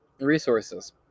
resources